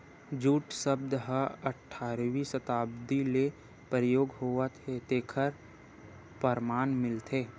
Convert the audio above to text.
jute सब्द ह अठारवी सताब्दी ले परयोग होवत हे तेखर परमान मिलथे